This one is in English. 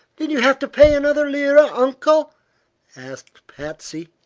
did you have to pay another lira, uncle asked patsy,